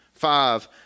Five